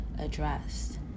addressed